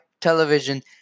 television